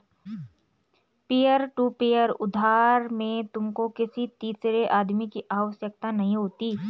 peer to peer उधार में तुमको किसी तीसरे आदमी की आवश्यकता नहीं होती